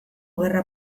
gerra